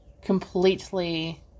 completely